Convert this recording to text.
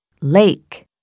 Lake